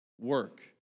work